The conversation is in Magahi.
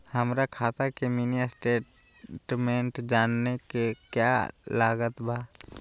हमरा खाता के मिनी स्टेटमेंट जानने के क्या क्या लागत बा?